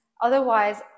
otherwise